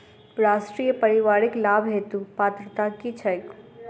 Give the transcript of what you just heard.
राष्ट्रीय परिवारिक लाभ हेतु पात्रता की छैक